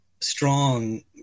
strong